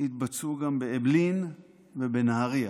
התבצעו גם באעבלין ובנהריה,